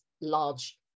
large